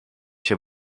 się